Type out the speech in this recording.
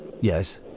Yes